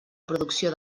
producció